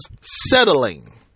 settling